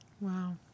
Wow